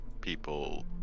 people